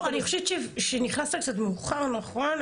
לא, אני חושבת שנכנסת קצת מאוחר, נכון?